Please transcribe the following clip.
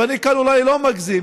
ואני כאן אולי לא מגזים,